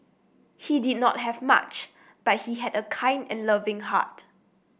he did not have much but he had a kind and loving heart